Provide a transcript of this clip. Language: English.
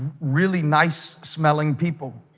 really nice smelling people